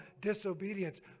disobedience